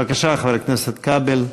בבקשה, חבר הכנסת כבל.